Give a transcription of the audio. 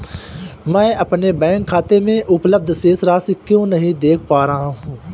मैं अपने बैंक खाते में उपलब्ध शेष राशि क्यो नहीं देख पा रहा हूँ?